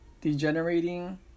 degenerating